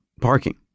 Parking